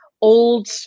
old